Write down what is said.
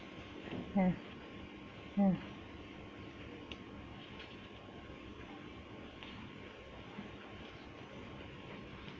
mm mm